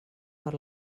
per